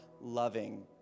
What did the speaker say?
loving